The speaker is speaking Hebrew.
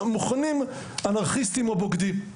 מכונים אנרכיסטים ובוגדים.